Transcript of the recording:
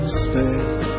space